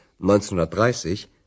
1930